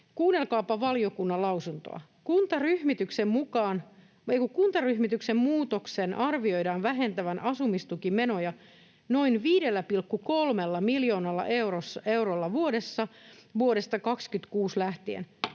Kuunnelkaapa valiokunnan lausuntoa: ”Kuntaryhmityksen muutoksen arvioidaan vähentävän asumistukimenoja noin 5,3 miljoonalla eurolla vuodessa vuodesta 2026 lähtien.